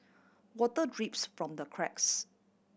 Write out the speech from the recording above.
water drips from the cracks